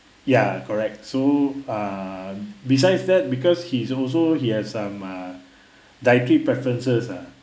ya correct so uh besides that because he's also he had some uh dietary preferences uh